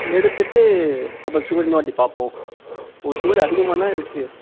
எடுத்துட்டு அப்போ அந்த சுகர் இன்னொருவாட்டி பார்ப்போம் உங்களுக்கு சுகர் அதிகமாக தான் இருக்குது